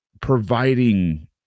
providing